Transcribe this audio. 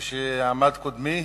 כפי שעמד קודמי,